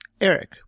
Eric